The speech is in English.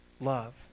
love